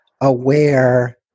aware